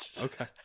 Okay